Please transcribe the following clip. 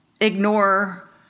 ignore